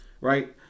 Right